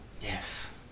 yes